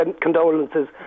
condolences